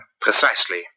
Precisely